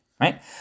right